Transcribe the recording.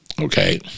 Okay